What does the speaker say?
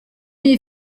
niyo